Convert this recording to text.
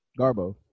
Garbo